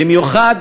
במיוחד